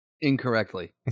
incorrectly